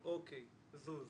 אוקי, זוז.